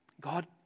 God